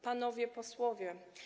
Panowie Posłowie!